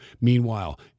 Meanwhile